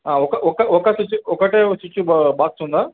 ఒక ఒక ఒక స్విచ్ ఒకటే స్విచ్ బాగా బాక్స్ ఉందా